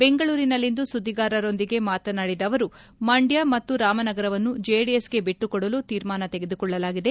ಬೆಂಗಳೂರಿನಲ್ಲಿಂದು ಸುದ್ವಿಗಾರರೊಂದಿಗೆ ಮಾತನಾಡಿದ ಅವರು ಮಂಡ್ಯ ಮತ್ತು ರಾಮನಗರವನ್ನು ಜೆಡಿಎಸ್ಗೆ ಬಿಟ್ಟುಕೊಡಲು ತೀರ್ಮಾನ ತೆಗೆದುಕೊಳ್ಳಲಾಗಿದೆ